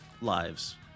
lives